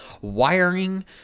wiring